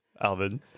Alvin